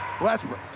Westbrook